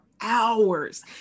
hours